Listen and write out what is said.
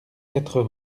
quatre